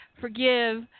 forgive